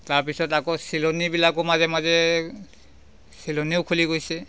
তাৰ পিছত আকৌ চিলনিবিলাকো মাজে মাজে চিলনিও খুলি গৈছে